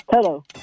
Hello